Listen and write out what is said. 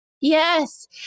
Yes